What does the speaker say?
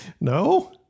No